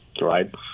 right